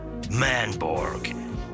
Manborg